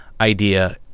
idea